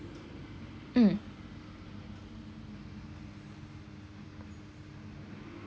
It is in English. mm